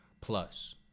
plus